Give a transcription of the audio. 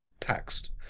text